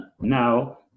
now